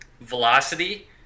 velocity